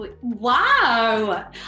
Wow